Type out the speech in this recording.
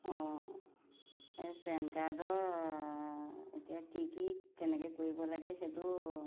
অঁ এই পেন কাৰ্ডৰ এতিয়া কি কি কেনেকৈ কৰিব লাগে সেইটো